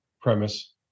premise